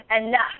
enough